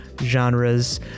genres